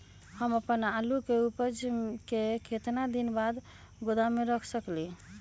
हम अपन आलू के ऊपज के केतना दिन बाद गोदाम में रख सकींले?